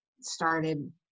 started